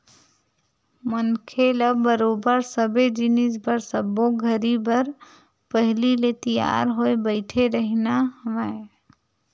मनखे ल बरोबर सबे जिनिस बर सब्बो घरी बर पहिली ले तियार होय बइठे रहिना हवय